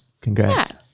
congrats